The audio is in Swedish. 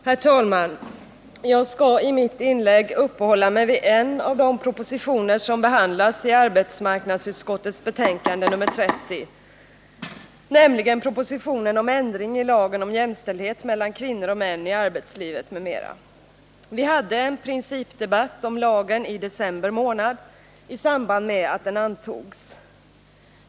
Herr talman! Jag skall i mitt inlägg uppehålla mig vid en av de propositioner som behandlas i arbetsmarknadsutskottets betänkande nr 30, nämligen propositionen om ändring i lagen om jämställdhet mellan kvinnor och män i arbetslivet, m.m. Vi hade en principdebatt om lagen i december månad i samband med att den antogs.